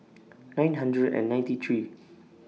nine hundred and ninety three